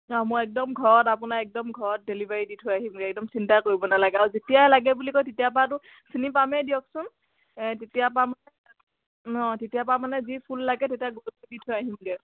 অঁ মই একদম ঘৰত আপোনাৰ একদম ঘৰত ডেলিভাৰী দি থৈ আহিমগৈ একদম চিন্তা কৰিব নালাগে আৰু যেতিয়াই লাগে বুলি কয় তেতিয়াৰ পাতো চিনি পামেই দিয়কচোন তেতিয়াৰ পৰা মানে অঁ তেতিয়াৰ পা মানে যি ফুল লাগে তেতিয়া ঘৰত দি থৈ আহিমগৈ